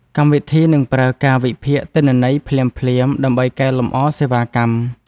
កម្មវិធីនឹងប្រើការវិភាគទិន្នន័យភ្លាមៗ ដើម្បីកែលម្អសេវាកម្ម។